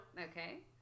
Okay